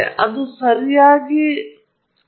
ಆದ್ದರಿಂದ ಇದನ್ನು ಮಾಡಲು ಉತ್ತಮ ಮಾರ್ಗ ಯಾವುದು